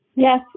Yes